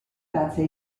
grazie